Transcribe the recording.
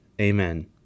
Amen